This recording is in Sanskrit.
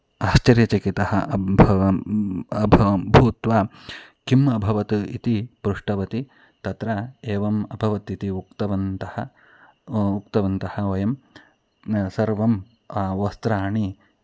आश्चर्यचकितः अभवन् अभवं भूत्वा किम् अभवत् इति पृष्टवती तत्र एवम् अभवत् इति उक्तवन्तः उक्तवन्तः वयं सर्वं वस्त्राणि